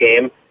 game